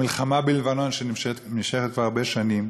המלחמה בלבנון שנמשכת כבר הרבה שנים,